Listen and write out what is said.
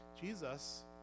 Jesus